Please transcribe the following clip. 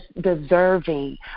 deserving